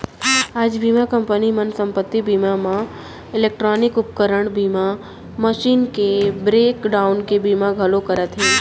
आज बीमा कंपनी मन संपत्ति बीमा म इलेक्टानिक उपकरन बीमा, मसीन मन के ब्रेक डाउन के बीमा घलौ करत हें